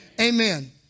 amen